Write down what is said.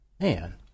man